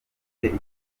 bufite